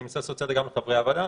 אני מנסה לעשות סדר גם לחברי הוועדה.